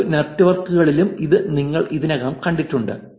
മറ്റ് നെറ്റ്വർക്കുകളിലും ഇത് നമ്മൾ ഇതിനകം കണ്ടിട്ടുണ്ട്